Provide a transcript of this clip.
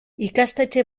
ikastetxe